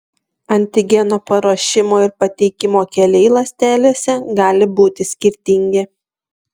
antigeno paruošimo ir pateikimo keliai ląstelėse gali būti skirtingi